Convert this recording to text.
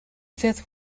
fifth